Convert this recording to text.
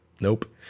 nope